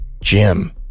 Jim